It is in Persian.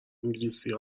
انگلیسی